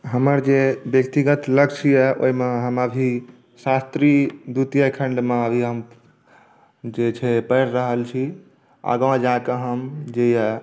हमर जे व्यक्तिगत लक्ष्य यए ओहिमे हम अभी शास्त्री द्वितीय खण्डमे अभी हम जे छै पढ़ि रहल छी आगाँ जा कऽ हम जे यए